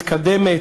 מתקדמת,